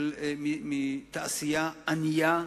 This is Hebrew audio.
מתעשייה ענייה,